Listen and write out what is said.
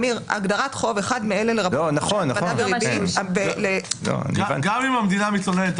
הגדרת חוב: אחד מאלה לרבות --- גם אם המדינה מתלוננת,